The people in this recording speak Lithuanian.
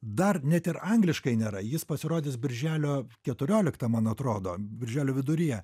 dar net ir angliškai nėra jis pasirodys birželio keturioliktą man atrodo birželio viduryje